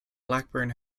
blackburn